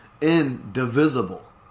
indivisible